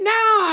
now